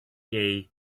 gay